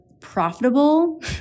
profitable